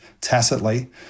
tacitly